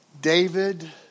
David